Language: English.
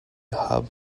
hub